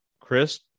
Chris